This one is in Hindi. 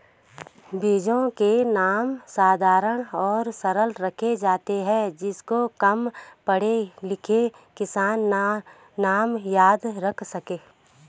बीजों के नाम साधारण और सरल रखे जाते हैं जिससे कम पढ़े लिखे किसान नाम याद रख सके